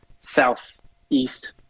southeast